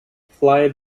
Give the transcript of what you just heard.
fly